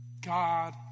God